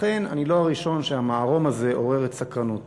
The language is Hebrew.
שאכן אני לא הראשון שהמערום הזה עורר את סקרנותו.